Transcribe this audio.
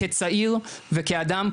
כצעיר וכאדם,